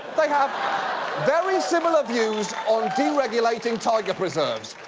they have very similar views on deregulating tiger preserves.